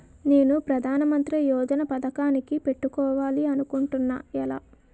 నేను ప్రధానమంత్రి యోజన పథకానికి పెట్టుకోవాలి అనుకుంటున్నా ఎలా?